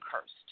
cursed